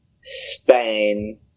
Spain